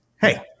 hey